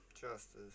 Justice